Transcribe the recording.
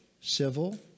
civil